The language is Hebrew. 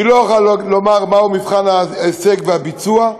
היא לא יכולה לומר מהו מבחן ההישג והביצוע,